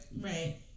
Right